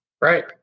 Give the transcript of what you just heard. Right